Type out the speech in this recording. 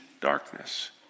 darkness